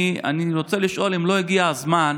אני רוצה לשאול אם לא הגיע הזמן,